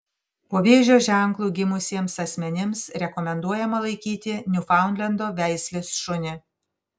po vėžio ženklu gimusiems asmenims rekomenduojama laikyti niufaundlendo veislės šunį